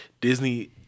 Disney